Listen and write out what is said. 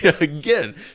again